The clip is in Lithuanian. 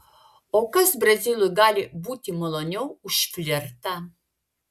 o kas brazilui gali būti maloniau už flirtą